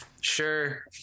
sure